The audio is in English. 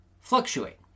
fluctuate